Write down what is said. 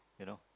you know